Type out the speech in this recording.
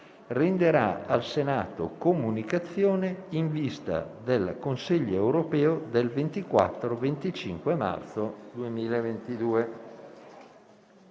renderà al Senato comunicazioni in vista del Consiglio europeo del 24-25 marzo 2022.